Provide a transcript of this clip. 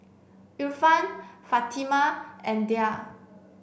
Irfan Fatimah and Dhia